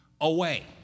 away